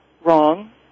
wrong